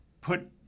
put